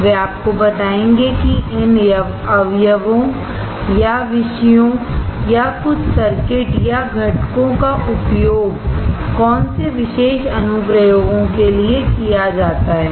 वह आपको बताएँगे कि इन अवयवों या विषयों या कुछ सर्किट या घटकों का उपयोग कौन से विशेष अनुप्रयोगों के लिए किया जाता है